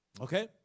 Okay